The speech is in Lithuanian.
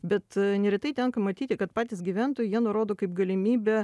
bet neretai tenka matyti kad patys gyventojai jie nurodo kaip galimybę